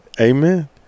Amen